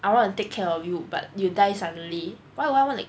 I want to take care of you but you die suddenly why would I want to